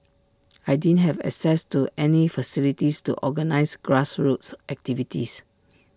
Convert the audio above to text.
I didn't have access to any facilities to organise grassroots activities